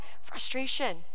frustration